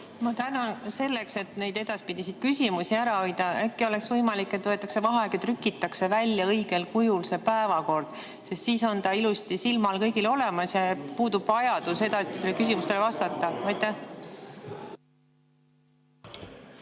Ma tänan. Selleks, et neid edaspidiseid küsimusi ära hoida, äkki oleks võimalik, et võetakse vaheaeg ja trükitakse välja õigel kujul see päevakord. Siis on ta ilusti silma all kõigil olemas ja puudub vajadus edasistele küsimustele vastata. Ma